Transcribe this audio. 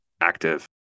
active